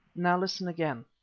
now listen again.